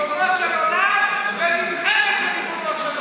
אומרת ריבונו של עולם, ונלחמת בריבונו של עולם.